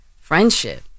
friendship